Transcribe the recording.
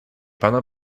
pendant